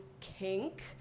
kink